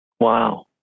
Wow